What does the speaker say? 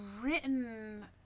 written